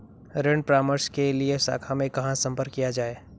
ऋण परामर्श के लिए शाखा में कहाँ संपर्क किया जाए?